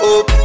up